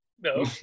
no